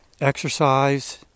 exercise